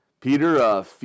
Peter